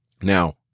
Now